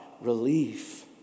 relief